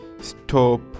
Stop